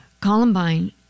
Columbine